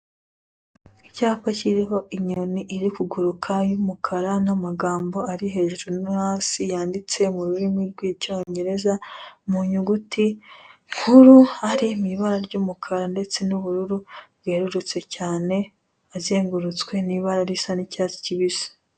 Icyapa kiriho inyoni iri kuguruka y'umukara n'amagambo ari hejuru no hasi yanditse mu rurimi rw'icyongereza, mu nyuguti nkuru, ari mu ibara ry'umukara ndetse n'ubururu bwerurutse cyane, azengurutswe n'ibara risa n'icyatsi kibisi.